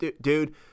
dude